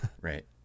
Right